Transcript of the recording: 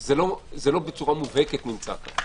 זה לא בצורה מובהקת נמצא פה.